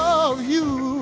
oh you